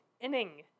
inning